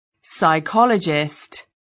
psychologist